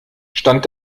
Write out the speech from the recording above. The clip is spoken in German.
stand